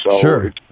Sure